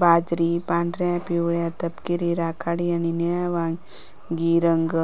बाजरी पांढऱ्या, पिवळ्या, तपकिरी, राखाडी आणि निळ्या वांगी रंग